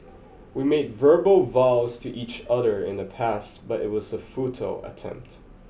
we made verbal vows to each other in the past but it was a futile attempt